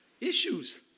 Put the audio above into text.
issues